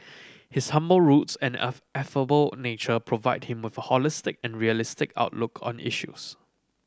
his humble roots and affable nature provide him with a holistic and realistic outlook on issues